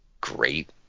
great